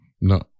no